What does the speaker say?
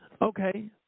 Okay